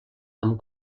amb